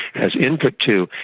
has input to,